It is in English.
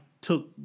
took